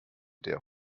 der